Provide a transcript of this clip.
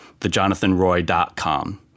thejonathanroy.com